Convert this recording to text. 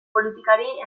politikari